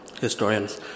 historians